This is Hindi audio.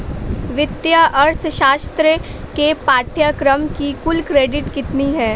वित्तीय अर्थशास्त्र के पाठ्यक्रम की कुल क्रेडिट कितनी है?